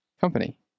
company